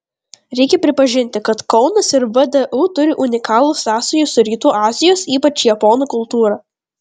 reikia pripažinti kad kaunas ir vdu turi unikalių sąsajų su rytų azijos ypač japonų kultūra